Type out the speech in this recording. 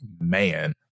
man